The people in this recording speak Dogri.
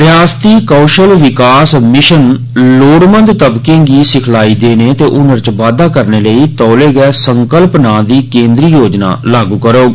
रिआसती हुनर विकास मिशन लोड़मंद तबके गी सिखलाई देने ते हुनर च बाद्दा करने आस्तै तौले गै 'संकल्प' नां दी केन्द्रीय योजना लागू करोग